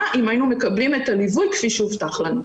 אם היינו מקבלים את הליווי כפי שהובטח לנו.